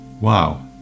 Wow